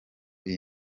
iyi